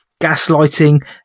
gaslighting